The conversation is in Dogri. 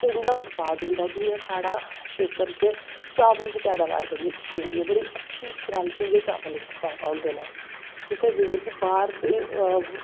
उंदा उत्पाद होंदा ऐ जियां साढ़ा खेत्तर च चावल दी पैदाबार बड़ी अच्छी होंदी ऐ बड़ा अच्छी कवालिटी दे चावल इत्थें पैदा होंदे न ठीक ऐ जेह्ड़े कि बाह्र दे